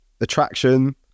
attraction